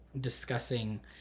discussing